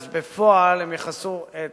אז בפועל הם יכסו את